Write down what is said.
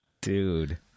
Dude